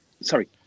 Sorry